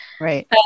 right